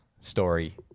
story